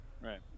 right